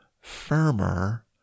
firmer